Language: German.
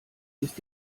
ist